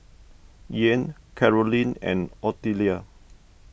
Ian Carolynn and Ottilia